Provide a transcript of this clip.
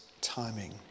timing